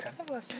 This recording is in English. okay